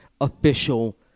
official